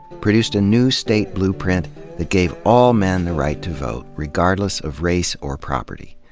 produced a new state blueprint that gave all men the right to vote regardless of race or property.